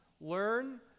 learn